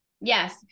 Yes